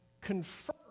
confirm